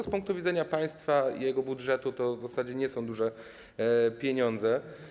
Z punktu widzenia państwa i jego budżetu to w zasadzie nie są duże pieniądze.